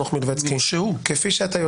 מורשע.